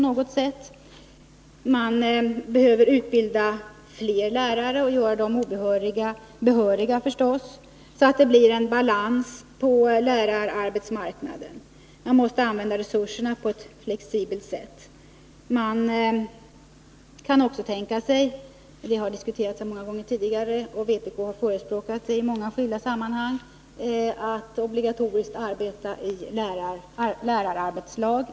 Fler lärare behöver förstås utbildas för att göra obehöriga lärare behöriga, så att det blir balans på lärararbetsmarknaden. Resurserna måste användas på ett flexibelt sätt. Det kan också tänkas — detta har tidigare diskuterats många gånger, och vpk har föreslagit det i många skilda sammanhang — att obligatoriskt arbeta i lärararbetslag.